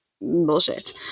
bullshit